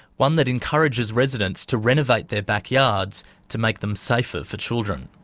one that encourages residents to renovate their backyards to make them safer for children.